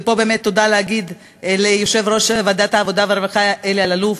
ופה באמת צריך להגיד תודה ליושב-ראש ועדת העבודה והרווחה אלי אלאלוף.